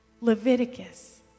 Leviticus